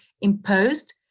imposed